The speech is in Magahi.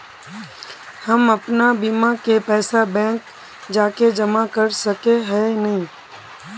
हम अपन बीमा के पैसा बैंक जाके जमा कर सके है नय?